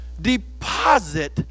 deposit